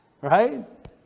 right